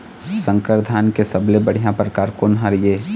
संकर धान के सबले बढ़िया परकार कोन हर ये?